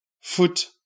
Foot